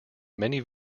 many